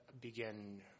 begin